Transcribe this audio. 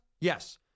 Yes